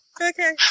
Okay